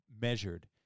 measured